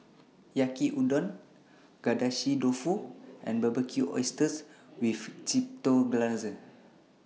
Yaki Udon Agedashi Dofu and Barbecued Oysters with Chipotle Glaze